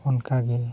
ᱚᱱᱠᱟᱜᱮ